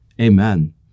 amen